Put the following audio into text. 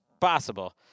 possible